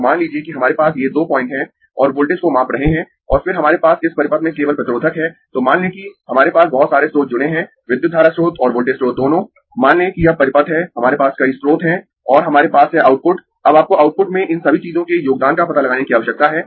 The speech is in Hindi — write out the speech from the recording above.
तो मान लीजिए कि हमारे पास ये दो पॉइंट है और वोल्टेज को माप रहे है और फिर हमारे पास इस परिपथ में केवल प्रतिरोधक है मान लें कि हमारे पास बहुत सारे स्रोत जुड़ें है विद्युत धारा स्रोत और वोल्टेज स्रोत दोनों मान लें कि यह परिपथ है हमारे पास कई स्रोत है और हमारे पास है आउटपुट अब आपको आउटपुट में इन सभी चीजों के योगदान का पता लगाने की आवश्यकता है